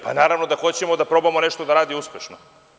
Pa, naravno da hoćemo da probamo da nešto radi uspešno.